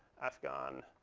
afghan,